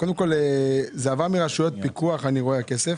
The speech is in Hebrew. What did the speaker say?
עבר מרשויות פיקוח.